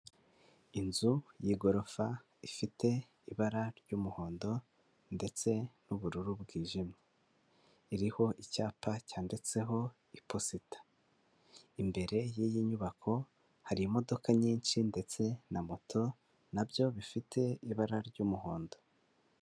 Inzu y'igorofa ifite ibara ry'umuhondo ndetse n'ubururu bwijimye, iriho icyapa cyanditseho iposita; imbere y'iyi nyubako hari imodoka nyinshi ndetse na moto na byo bifite ibara ry'umuhondo.